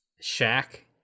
shack